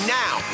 now